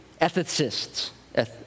ethicists